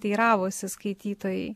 teiravosi skaitytojai